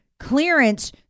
clearance